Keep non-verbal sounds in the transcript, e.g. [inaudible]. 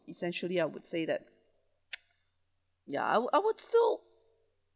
essentially I would say that [noise] ya I wo~ I would still